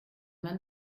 man